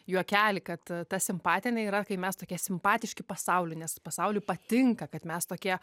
juokelį kad ta simpatinė yra kai mes tokie simpatiški pasauliui nes pasauliui patinka kad mes tokie